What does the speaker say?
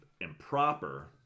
improper